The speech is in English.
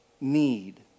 need